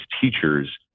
teachers